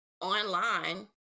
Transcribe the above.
online